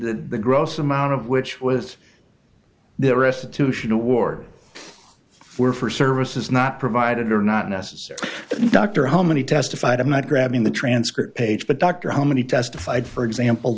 the gross amount of which was their restitution award for for services not provided or not necessary dr home and testified i'm not grabbing the transcript page but doctor how many testified for example